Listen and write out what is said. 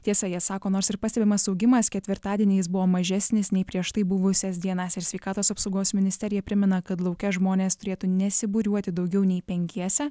tiesa jie sako nors ir pastebimas augimas ketvirtadienį jis buvo mažesnis nei prieš tai buvusias dienas ir sveikatos apsaugos ministerija primena kad lauke žmonės turėtų nesibūriuoti daugiau nei penkiese